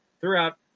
throughout